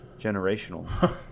generational